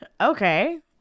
Okay